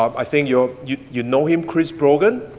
i think you you you know him, chris brogan,